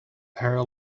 her